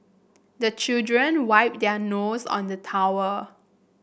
the children wipe their nose on the towel